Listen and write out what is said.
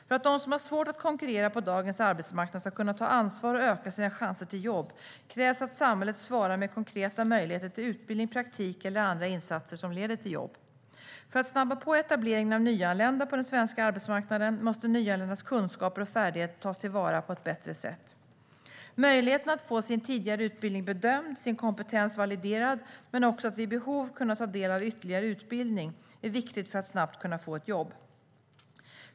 För att de som har svårt att konkurrera på dagens arbetsmarknad ska kunna ta ansvar och öka sina chanser till jobb krävs att samhället svarar med konkreta möjligheter till utbildning, praktik eller andra insatser som leder till jobb. För att snabba på etableringen av nyanlända på den svenska arbetsmarknaden måste nyanländas kunskaper och färdigheter tas till vara på ett bättre sätt. Möjligheten att få sin tidigare utbildning bedömd och sin kompetens validerad men också att vid behov kunna ta del av ytterligare utbildning är viktigt för att snabbt kunna få ett jobb.